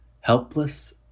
helpless